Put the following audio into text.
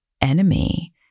enemy